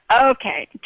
Okay